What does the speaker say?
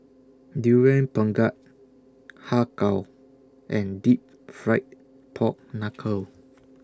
Durian Pengat Har Kow and Deep Fried Pork Knuckle